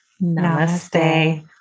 Namaste